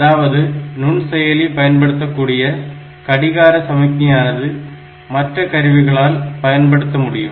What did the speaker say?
அதாவது நுண்செயலி பயன்படுத்தக்கூடிய கடிகார சமிக்ஞையானது மற்ற கருவிகளால் பயன்படுத்த முடியும்